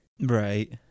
Right